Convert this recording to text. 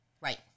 Right